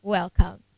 Welcome